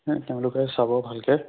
তেওঁলোকে চাব ভালকৈ